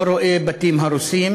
לא רואה בתים הרוסים